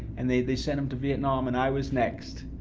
and they they sent them to vietnam, and i was next.